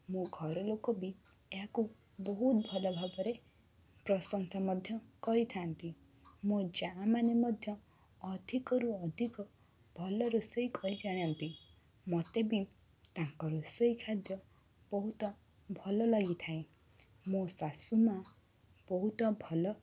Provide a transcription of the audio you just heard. ମୋ ଘରଲୋକ ବି ଏହାକୁ ବହୁତ ଭଲ ଭାବରେ ପ୍ରଶଂସା ମଧ୍ୟ କରିଥାନ୍ତି ମୋ ଯାଆମାନେ ମଧ୍ୟ ଅଧିକରୁ ଅଧିକ ଭଲ ରୋଷେଇ କରି ଜାଣନ୍ତି ମୋତେ ବି ତାଙ୍କ ରୋଷେଇ ଖାଦ୍ୟ ବହୁତ ଭଲ ଲାଗିଥାଏ ମୋ ଶାଶୁମା' ବହୁତ ଭଲ